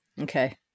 Okay